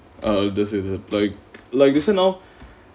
err they say like like you see now